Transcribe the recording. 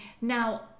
Now